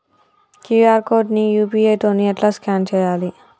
QR code ని UPI తోని ఎట్లా స్కాన్ చేయాలి?